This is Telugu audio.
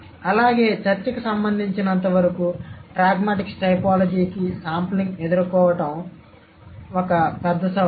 అలాగే చర్చకు సంబంధించినంతవరకు ప్రాగ్మాటిక్స్ టైపోలాజీకి శాంప్లింగ్ను ఎదుర్కోవటం ఒక పెద్ద సవాలు